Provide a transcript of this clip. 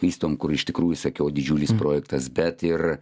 vystom kur iš tikrųjų sakiau didžiulis projektas bet ir